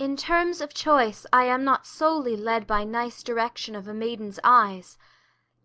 in terms of choice i am not solely led by nice direction of a maiden's eyes